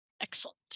Excellent